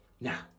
Now